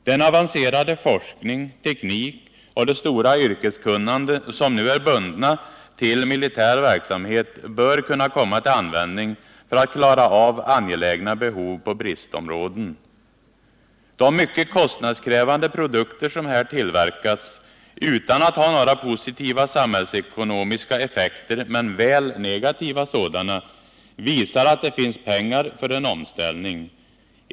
Den avancerade forskning och teknik och det stora yrkeskunnande som nu 123 är bundet till militär verksamhet bör kunna komma till användning för att tillgodose angelägna behov på bristområden. De mycket kostnadskrävande produkter som här har tillverkats utan att man därvid fått några positiva samhällsekonomiska effekter, men väl negativa sådana, visar att det finns pengar för en omställning.